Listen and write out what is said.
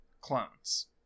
clones